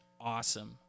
awesome